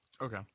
Okay